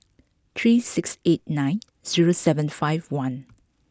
three six eight nine zero seven five one